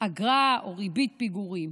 אגרה או ריבית פיגורים,